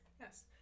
Yes